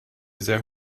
sehr